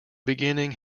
beginning